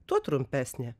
tuo trumpesnė